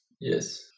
Yes